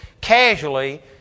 casually